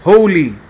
Holy